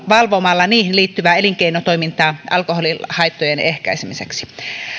valvomalla niihin liittyvää elinkeinotoimintaa alkoholihaittojen ehkäisemiseksi